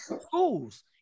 Schools